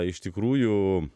iš tikrųjų